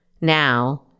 now